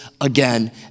again